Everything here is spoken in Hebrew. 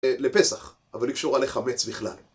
לפסח, אבל היא קשורה לחמץ בכלל.